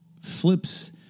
flips